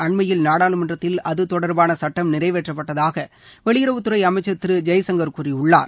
அண்மையில் நாடாளுமன்றத்தில் அது தொடர்பான சட்டம் நிறைவேற்றப்பட்டதாக வெளியுறவுத்துறை அமைச்சர் திரு ஜெயசங்கர் கூறியுள்ளார்